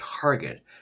target